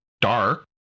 dark